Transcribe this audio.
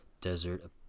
desert